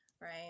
right